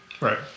Right